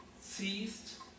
ceased